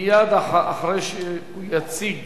מייד אחרי שהוא יציג